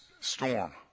storm